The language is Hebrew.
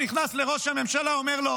גולדקנופ נכנס לראש הממשלה, אומר לו: